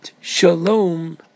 Shalom